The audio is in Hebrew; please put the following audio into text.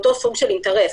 באותו סוג של אינטרס,